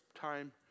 time